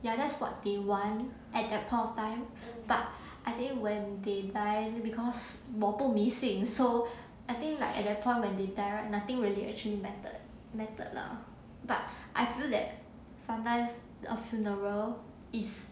ya that's what they want at that point of time but I think when they die because 我不迷信 so I think like at that point when they die right nothing really actually matter matter lah but I feel that sometimes a funeral is